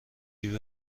جیب